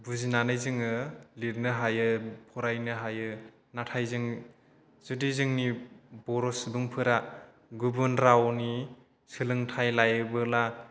बुजिनानै जोङो लिरनो हायो फरायनो हायो नाथाय जों जुदि जोंनि बर' सुबुंफोरा गुबुन रावनि सोलोंथाइ लायोबोला